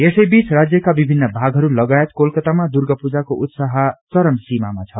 यसैबीच राजयका विभिन भागहरू लागायत कोलकातामा दुर्गापूजाको उत्साह चरम सीामामा छ